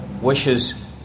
wishes